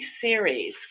series